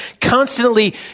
constantly